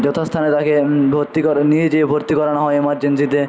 যথাস্থানে তাকে ভর্তি করে নিয়ে যেয়ে ভর্তি করানো হয় এমার্জেন্সিতে